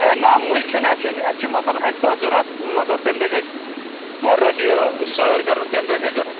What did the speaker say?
ہے نہَ مٔلۍ چھِنہٕ اَسہِ ہٮ۪نہِ اَسہِ چھِ مطلب اَکہِ دۄہ ضروٗرت مطلب تَمہِ دۄہ چھِ اَسہِ وَلرَس یہِ سٲر کَرُن تَمہِ دۄہ چھِ اَسہِ ضروٗرت